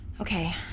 Okay